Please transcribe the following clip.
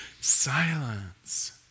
silence